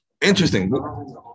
Interesting